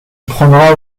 prendra